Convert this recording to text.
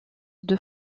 deux